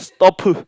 stop